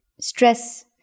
stress